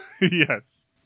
Yes